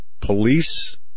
police